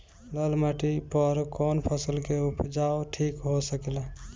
लाल माटी पर कौन फसल के उपजाव ठीक हो सकेला?